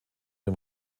den